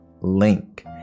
link